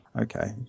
Okay